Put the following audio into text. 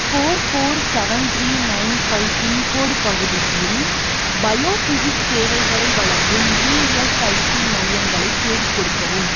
four four seven three nine five pincode பகுதியில் biophysics சேவைகளை வழங்கும் இஎஸ்ஐசி மையங்களைத் தேடிக் கொடுக்கவும்